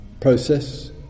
Process